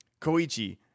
Koichi